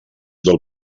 del